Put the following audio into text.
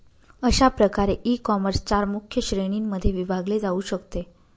अशा प्रकारे ईकॉमर्स चार मुख्य श्रेणींमध्ये विभागले जाऊ शकते